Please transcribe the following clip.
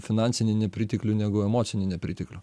finansinį nepriteklių negu emocinį nepriteklių